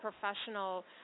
professional